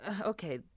okay